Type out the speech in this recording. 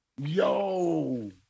Yo